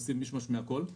עושים מישמש מהכול.